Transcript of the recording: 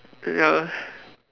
ya